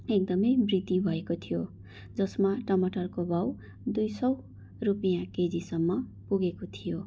एकदमै वृद्धि भएको थियो जसमा टमाटरको भाउ दुई सय रुपियाँ केजीसम्म पुगेको थियो